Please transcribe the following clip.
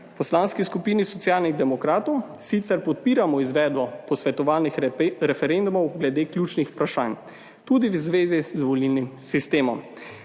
Poslanski skupini Socialnih demokratov sicer podpiramo izvedbo posvetovalnih referendumov glede ključnih vprašanj tudi v zvezi z volilnim sistemom.